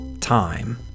time